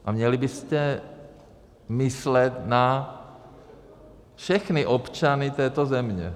A měli byste myslet na všechny občany této země.